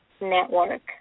network